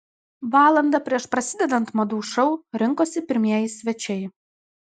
valandą prieš prasidedant madų šou rinkosi pirmieji svečiai